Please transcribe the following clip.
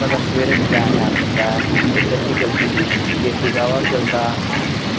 बंदा सवेरे त्रै टैम पींदा ऐ उद्धर बी चलदी देसी काह्वा बी चलदा